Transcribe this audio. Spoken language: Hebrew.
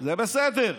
זה בסדר,